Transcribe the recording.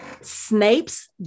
Snape's